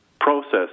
process